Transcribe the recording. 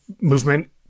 movement